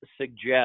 suggest